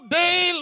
day